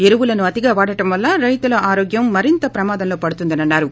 ఎరువులను అతిగా వాడటం వలన రైతుల ఆరోగ్యం మరింత ప్రమాదంలో పడుతుందని అన్నారు